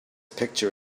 picture